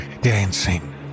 dancing